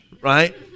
right